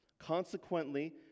Consequently